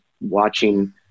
watching